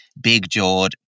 big-jawed